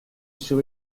sur